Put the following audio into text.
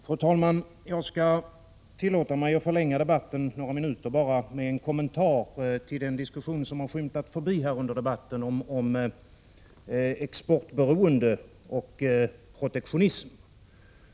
Fru talman! Jag skall tillåta mig att förlänga debatten några minuter med en kommentar till en fråga som kunnat skymtas under debatten, nämligen frågan om exportberoende och protektionism.